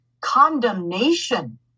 condemnation